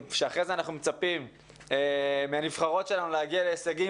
אחר-כך אנחנו מצפים מהנבחרות שלנו להגיע להישגים